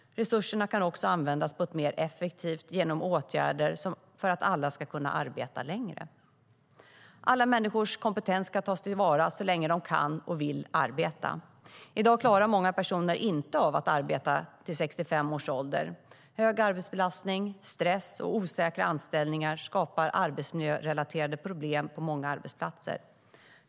Resurserna kan också användas mer effektivt genom åtgärder för att alla ska kunna arbeta längre. Alla människors kompetens ska tas till vara så länge de kan och vill arbeta. I dag klarar många personer inte av att arbeta till 65 års ålder. Hög arbetsbelastning, stress och osäkra anställningar skapar arbetsmiljörelaterade problem på många arbetsplatser.